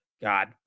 God